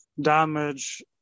damage